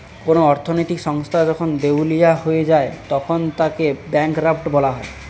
কোন অর্থনৈতিক সংস্থা যখন দেউলিয়া হয়ে যায় তখন তাকে ব্যাঙ্করাপ্ট বলা হয়